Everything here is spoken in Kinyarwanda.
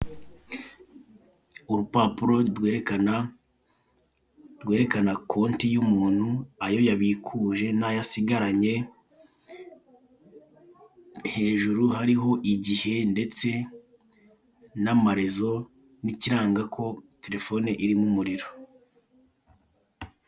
Urupapuro rwerekana rwerekana konte y'umuntu ayo yabikuje n'ayo asigaranye, hejuru hariho igihe ndetse n'amarezo n'ikiranga ko terefone irimo umuriro.